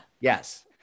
yes